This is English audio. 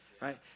right